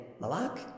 Malak